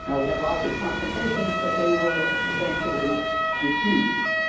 and we had lots of confrontations, but they were eventually defused.